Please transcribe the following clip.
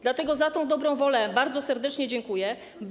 Dlatego za tę dobrą wolę bardzo serdecznie dziękuję.